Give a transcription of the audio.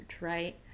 right